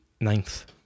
ninth